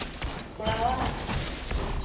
ᱠᱚᱲᱟᱣᱟᱜ